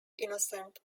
innocent